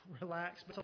Relax